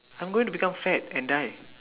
I'm going to become fat and die